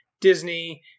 Disney